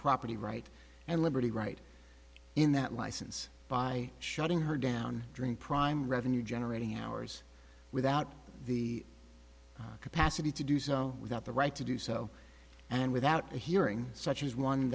property right and liberty right in that license by shutting her down during prime revenue generating hours without the capacity to do so without the right to do so and without a hearing such as one